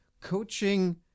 coaching